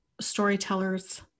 storytellers